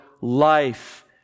life